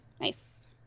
Nice